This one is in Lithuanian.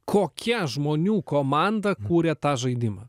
kokia žmonių komanda kūrė tą žaidimą